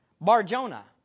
Bar-Jonah